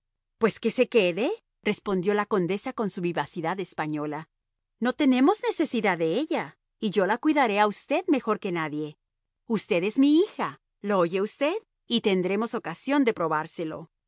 pues que se quede respondió la condesa con su vivacidad española no tenemos necesidad de ella y yo la cuidaré a usted mejor que nadie usted es mi hija lo oye usted y tendremos ocasión de probárselo